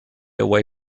away